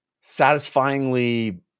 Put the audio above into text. satisfyingly